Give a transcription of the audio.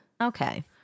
Okay